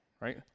right